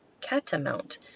catamount